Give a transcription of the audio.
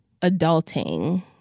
Adulting